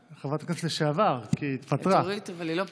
כי היא התפטרה, אבל היא לא פה.